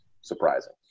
surprising